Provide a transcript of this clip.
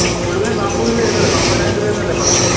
മുഴുവനും നാൽപ്പത് രൂപയല്ലേ വരുന്നത് നാൽപ്പതിനായിരം രൂപയെന്നല്ലേ പറഞ്ഞത്